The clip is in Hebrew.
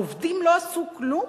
העובדים לא עשו כלום?